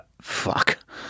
Fuck